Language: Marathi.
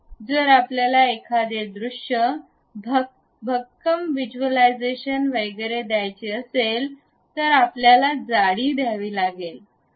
जर आपल्याला एखादे दृष्य भक्कम व्हिज्युअलायझेशन वगैरे द्यायचे असेल तर आपल्याला जाडी द्यावी लागेल